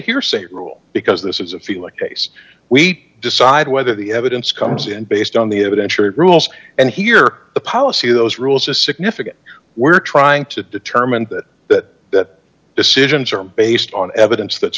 hearsay rule because this is a feel like case we decide whether the evidence comes in based on the it ensured rules and here the policy those rules is significant we're trying to determine that that decisions are based on evidence that